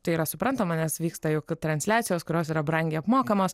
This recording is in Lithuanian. tai yra suprantama nes vyksta juk transliacijos kurios yra brangiai apmokamos